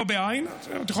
לעניין הטיפול,